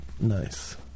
Nice